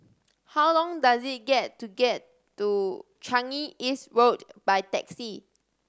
how long does it get to get to Changi East Road by taxi